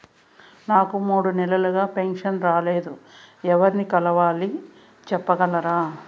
నాకు మూడు నెలలుగా పెన్షన్ రాలేదు ఎవర్ని కలవాలి సెప్పగలరా?